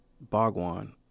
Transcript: Bhagwan